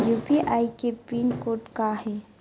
UPI के pin code का हे?